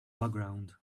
background